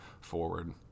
forward